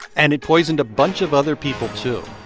and it poisoned a bunch of other people, too